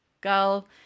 girl